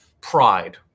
pride